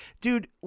Dude